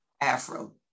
Afro